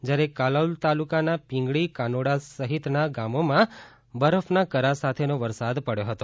જ્યારે કાલોલ તાલુકાના પીંગળી કાનોડ સહિતના ગામોમાં બરફના કરાં સાથક્ર્મો વરસાદ પડ્યો હતો